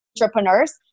entrepreneurs